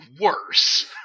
worse